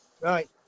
right